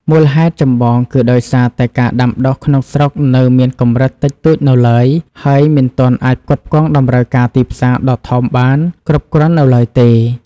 មូលហេតុចម្បងគឺដោយសារតែការដាំដុះក្នុងស្រុកនៅមានកម្រិតតិចតួចនៅឡើយ ហើយមិនទាន់អាចផ្គត់ផ្គង់តម្រូវការទីផ្សារដ៏ធំបានគ្រប់គ្រាន់នៅឡើយទេ។